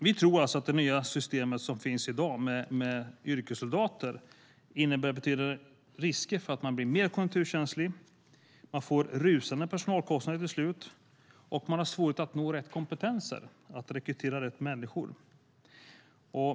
Vi tror alltså att det nya system med yrkessoldater som finns i dag innebär betydande risker för att man blir mer konjunkturkänslig, att man till slut får rusande personalkostnader och att man har svårigheter att nå rätt kompetenser, att rekrytera rätt människor.